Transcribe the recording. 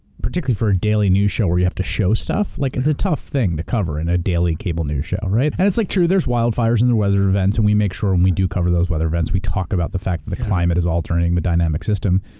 particularly for a daily news show, where you have to show stuff. like it's a tough thing to cover in a daily cable news show, right? and it's like true, there's wildfires, and the weather events, and we make sure when we do cover those weather events we talk about the fact that the climate is altering the dynamic system,